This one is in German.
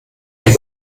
ein